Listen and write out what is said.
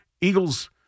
Eagles